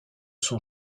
son